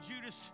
Judas